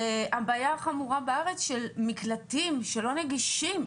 הבעיה החמורה בארץ של מקלטים שהם לא נגישים.